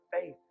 faith